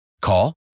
Call